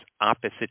opposite